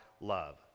love